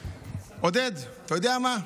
עודד, אתה יודע מה?